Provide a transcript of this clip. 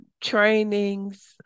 trainings